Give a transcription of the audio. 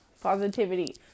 Positivity